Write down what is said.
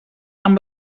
amb